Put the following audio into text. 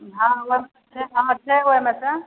हँ ओहिमे छै हमर छै ओहिमेसे